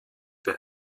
bei